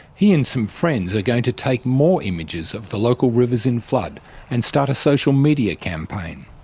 he and some friends are going to take more images of the local rivers in flood and start a social media campaign.